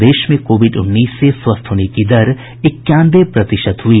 प्रदेश में कोविड उन्नीस से स्वस्थ होने की दर इक्यानवे प्रतिशत हुई